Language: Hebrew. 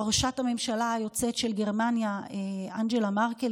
ראשת הממשלה היוצאת של גרמניה אנגלה מרקל,